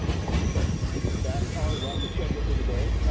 so that's our rough agenda for the day.